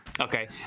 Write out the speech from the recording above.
Okay